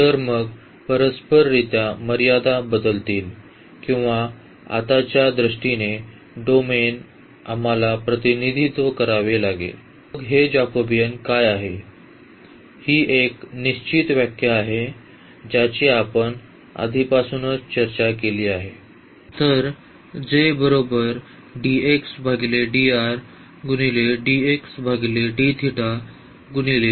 तर मग परस्पररित्या मर्यादा बदलतील किंवा आताच्या दृष्टीने डोमेन आम्हाला प्रतिनिधित्व करावे लागेल